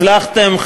הצלחתם,